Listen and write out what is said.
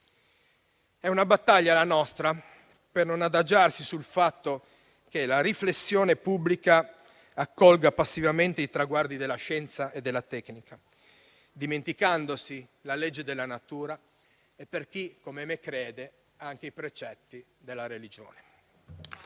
È una battaglia, la nostra, per non adagiarsi sul fatto che la riflessione pubblica accolga passivamente i traguardi della scienza e della tecnica, dimenticandosi la legge della natura, e per chi, come me crede, anche i precetti della religione.